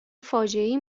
فاجعهای